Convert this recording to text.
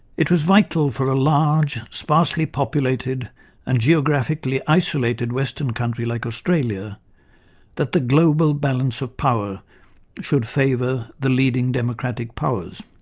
it was vital for a large, sparsely populated and geographically isolated western country like australia that the global balance of power should favour the leading democratic powers.